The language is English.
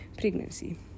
pregnancy